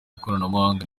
ikoranabuhanga